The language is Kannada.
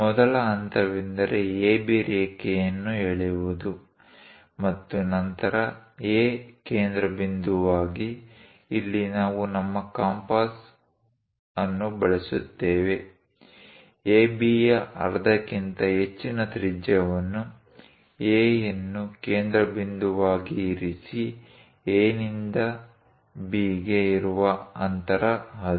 ಮೊದಲ ಹಂತವೆಂದರೆ AB ರೇಖೆಯನ್ನು ಎಳೆಯುವುದು ಮತ್ತು ನಂತರ A ಕೇಂದ್ರಬಿಂದುವಾಗಿ ಇಲ್ಲಿ ನಾವು ನಮ್ಮ ಕಂಪಸ್ ಕಂಪಾಸ್ ಅನ್ನು ಬಳಸುತ್ತೇವೆ ABಯ ಅರ್ಧಕ್ಕಿಂತ ಹೆಚ್ಚಿನ ತ್ರಿಜ್ಯವನ್ನು A ಯನ್ನು ಕೇಂದ್ರಬಿಂದುವಾಗಿ ಇರಿಸಿ A ನಿಂದ B ಗೆ ಇರುವ ಅಂತರ ಅದು